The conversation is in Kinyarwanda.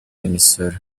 imisoro